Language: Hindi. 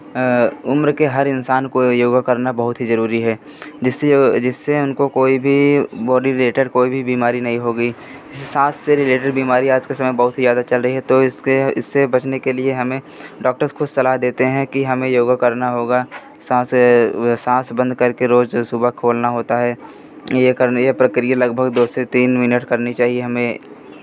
उम्र के हर इंसान को योगा करना बहुत ही ज़रूरी है जिससे जिससे उनको कोई भी बॉडी रिलेटेड कोई भी बीमारी नहीं होगी जैसे सांस से रिलेटेड बीमारी आज के समय में बहुत ही ज़्यादा चल रही है तो इसके इससे बचने के लिए हमें डॉक्टर्स खुद सलाह देते है कि हमें योग करना होगा सांस सांस बंद करके रोज़ सुबह खोलना होता है ये करने ये प्रक्रिया लगभग दो से तीन मिनट करनी चहिए हमें